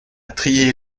trier